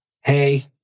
hey